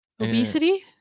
Obesity